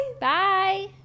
Bye